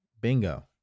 Bingo